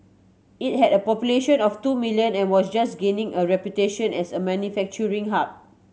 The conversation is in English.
it had a population of two million and was just gaining a reputation as a manufacturing hub